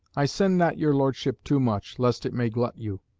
i send not your lordship too much, lest it may glut you.